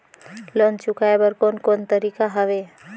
Loan चुकाए बर कोन कोन तरीका हवे?